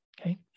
Okay